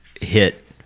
hit